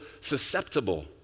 susceptible